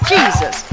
Jesus